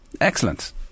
Excellent